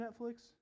Netflix